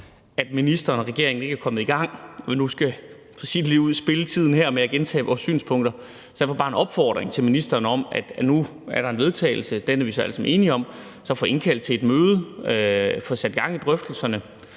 at ministeren og regeringen ikke er kommet i gang, og at vi nu skal – for at sige det ligeud – spilde tiden her med at gentage vores synspunkter. Så jeg har bare en opfordring til ministeren om, da der nu er en vedtagelse, og den er vi så alle sammen enige om, så at få indkaldt til et møde, få sat gang i drøftelserne.